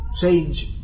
change